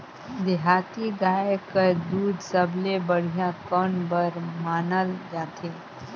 देहाती गाय कर दूध सबले बढ़िया कौन बर मानल जाथे?